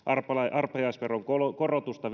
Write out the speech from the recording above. arpajaisveron korotusta